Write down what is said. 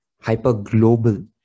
hyper-global